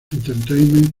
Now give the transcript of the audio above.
entertainment